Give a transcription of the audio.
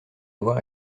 avoir